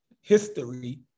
history